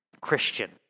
Christian